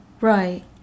Right